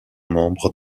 membre